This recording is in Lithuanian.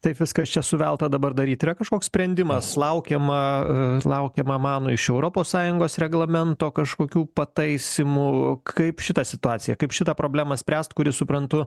taip viskas čia suvelta dabar daryt yra kažkoks sprendimas laukiama laukiama mano iš europos sąjungos reglamento kažkokių pataisymų kaip šitą situaciją kaip šitą problemą spręst kuri suprantu